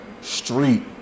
street